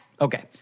Okay